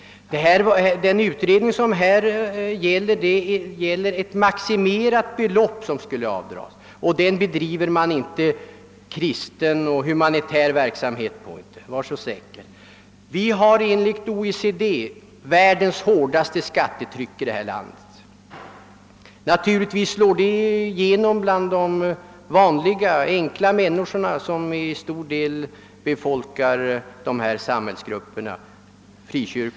Den utredning som vi hemställer om skulle gälla ett maximerat avdragsbelopp. Med de belopp som skulle kunna komma i fråga bedriver man ingen kristen eller humanitär verksamhet — var så säker! Enligt OECD har vi här i landet världens hårdaste skattetryck. Naturligtvis slår detta igenom inte minst hos de vanliga enkla människor som till stor del utgör frikyrkornas och dessa andra organisationers medlemmar.